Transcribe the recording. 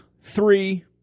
three